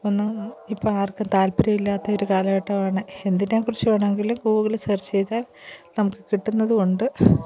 ഒന്നും ഇപ്പം ആർക്കും താൽപ്പര്യം ഇല്ലാത്തൊരു കാലഘട്ടമാണ് എന്തിനെക്കുറിച്ച് വേണമെങ്കിലും ഗൂഗിളിൽ സെർച്ച് ചെയ്താൽ നമുക്ക് കിട്ടുന്നതുകൊണ്ട്